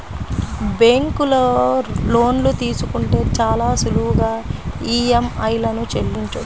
బ్యేంకులో లోన్లు తీసుకుంటే చాలా సులువుగా ఈఎంఐలను చెల్లించొచ్చు